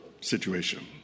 situation